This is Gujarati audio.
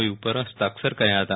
યુ પર હસ્તાક્ષર કર્યા હતા